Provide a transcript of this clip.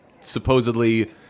supposedly